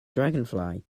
dragonfly